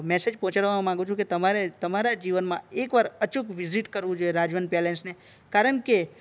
message પહોંચાડવા માંગુ છું કે તમારે તમારા જીવનમાં એકવાર અચૂક વિઝિટ કરવી જોઈએ રાજવન પેલેસની કારણકે